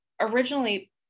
originally